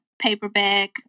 paperback